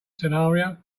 scenario